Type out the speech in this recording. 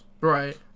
Right